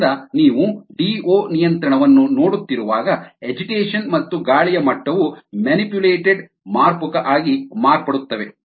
ಆದ್ದರಿಂದ ನೀವು DO ನಿಯಂತ್ರಣವನ್ನು ನೋಡುತ್ತಿರುವಾಗ ಅಜಿಟೇಷನ್ ಮತ್ತು ಗಾಳಿಯ ಮಟ್ಟವು ಮ್ಯಾನಿಪುಲೇಟೆಡ್ ಮಾರ್ಪುಕ ಆಗಿ ಮಾರ್ಪಡುತ್ತವೆ